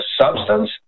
substance